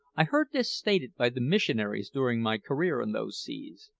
i heard this stated by the missionaries during my career in those seas.